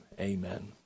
Amen